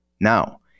Now